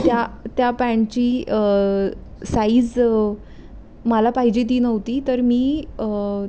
त्या त्या पॅन्टची साईज मला पाहिजे ती नव्हती तर मी